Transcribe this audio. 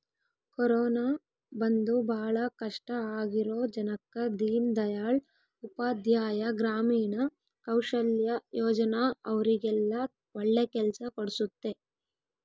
corona ಬಂದು ಭಾಳ ಕಷ್ಟ ಆಗಿರೋ ಜನಕ್ಕ ದೀನ್ ದಯಾಳ್ ಉಪಾಧ್ಯಾಯ ಗ್ರಾಮೀಣ ಕೌಶಲ್ಯ ಯೋಜನಾ ಅವ್ರಿಗೆಲ್ಲ ಒಳ್ಳೆ ಕೆಲ್ಸ ಕೊಡ್ಸುತ್ತೆ